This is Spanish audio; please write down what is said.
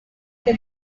que